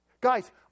Guys